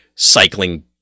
cycling